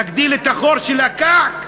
נגדיל את החור של ה"כּעכּ",